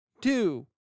two